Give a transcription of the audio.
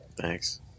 Thanks